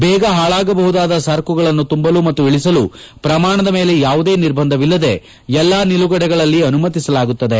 ಬೇಗ ಹಾಳಾಗಬಹುದಾದ ಸರಕುಗಳನ್ನು ತುಂಬಲು ಮತ್ತು ಇಳಿಸಲು ಪ್ರಮಾಣದ ಮೇಲೆ ಯಾವುದೇ ನಿರ್ಬಂಧವಿಲ್ಲದೇ ಎಲ್ಲಾ ನಿಲುಗಡೆಗಳಲ್ಲಿ ಅನುಮತಿಸಲಾಗುತ್ತದೆ